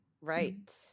Right